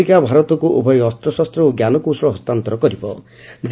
ଏଥିପାଇଁ ଆମେରିକା ଭାରତକୁ ଉଭୟ ଅସ୍ତଶସ୍ତ ଓ ଜ୍ଞାନକୌଶଳ ହସ୍ତାନ୍ତର କରିବ